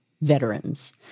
Veterans